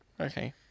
Okay